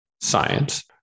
science